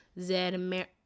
Zed